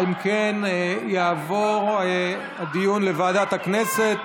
אם כן, הדיון יעבור לוועדת הכנסת